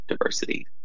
diversity